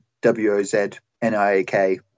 W-O-Z-N-I-A-K